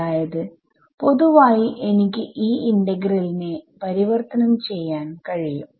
അതായത് പൊതുവായി എനിക്ക് ഈ ഇന്റഗ്രൽ നെ പരിവർത്തനം ചെയ്യാൻ കഴിയും